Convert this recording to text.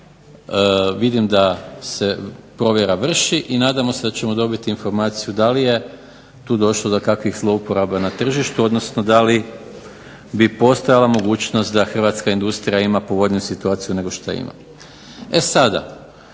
vidim da se provjera vrši i nadamo se da ćemo dobiti informaciju da li je tu došlo do kakvih zlouporaba na tržištu, odnosno da li bi postojala mogućnost da hrvatska industrija ima povoljniju situaciju nego što ima.